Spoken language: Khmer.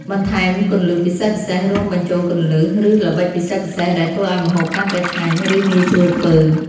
បន្ថែមគន្លឹះពិសេសៗ រួមបញ្ចូលគន្លឹះ ឬល្បិចពិសេសៗដែលធ្វើឱ្យម្ហូបកាន់តែឆ្ងាញ់ ឬងាយស្រួលធ្វើ។